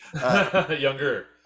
younger